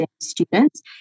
students